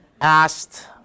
asked